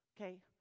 Okay